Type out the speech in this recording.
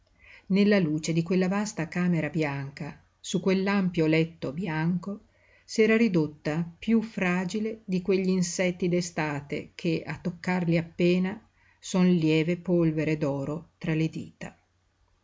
nella luce di quella vasta camera bianca su quell'ampio letto bianco s'era ridotta piú fragile di quegli insetti d'estate che a toccarli appena son lieve polvere d'oro tra le dita